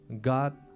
God